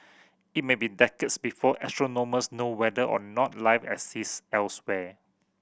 it may be decades before astronomers know whether or not life exists elsewhere